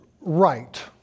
right